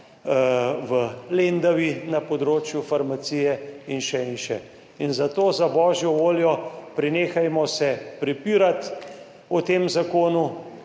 v Lendavi na področju farmacije in še in še. In zato, za božjo voljo, prenehajmo se prepirati o tem zakonu,